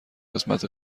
قسمت